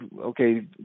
okay